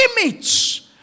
image